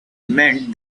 meant